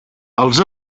els